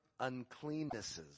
uncleannesses